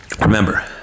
Remember